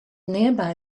nearby